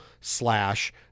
Slash